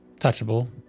touchable